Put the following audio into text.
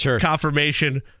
confirmation